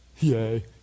Yay